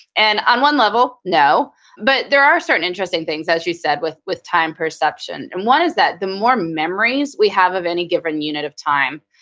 and on one level, no but there are certain interesting things, as you said, with with time perception and one is that, the more memories we have of any given unit of time,